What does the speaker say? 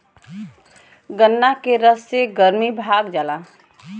गन्ना के रस से गरमी भाग जाला